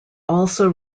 also